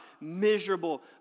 miserable